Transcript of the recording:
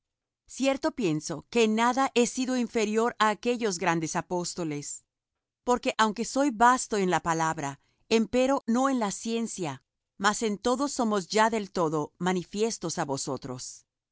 cierto pienso que en nada he sido inferior á aquellos grandes apóstoles porque aunque soy basto en la palabra empero no en la ciencia mas en todo somos ya del todo manifiestos á vosotros